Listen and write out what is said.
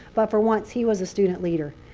but for once, he was a student leader.